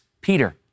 Peter